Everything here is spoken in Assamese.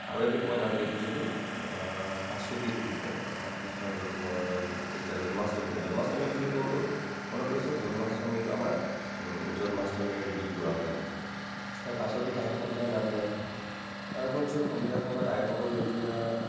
আৰু এবিধ মই নাম দেখিছিলোঁ পাচতি বুলি কয় অৰ্থাৎ কৃষ্ণ জন্ম জ যেতিয়া জন্মাষ্টমী জন্মাষ্টমী বুলি কওঁতেও অৱশ্যে জন্মাষ্টমীটো আমাৰ জন্মাষ্টমীৰ গীত গোৱা হয় আৰু পাচতিত আইসকলে নাম গায় তাৰ উপৰঞ্চি সন্ধিয়া সময়ত আইসকল যেতিয়া